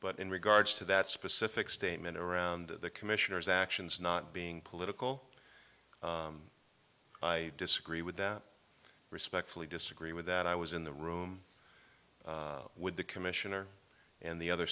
but in regards to that specific statement around the commissioner's actions not being political i disagree with that respectfully disagree with that i was in the room with the commissioner and the other